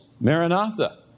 Maranatha